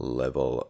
level